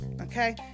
Okay